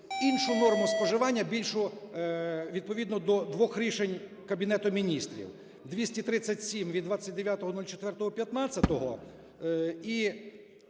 іншу норму споживання, більшу, відповідно до двох рішень Кабінету Міністрів 237 від 29.04.15-го